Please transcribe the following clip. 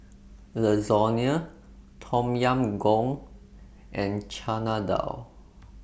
Lasagna Tom Yam Goong and Chana Dal